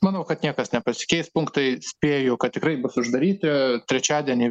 manau kad niekas nepasikeis punktai spėju kad tikrai bus uždaryti trečiadienį